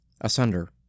asunder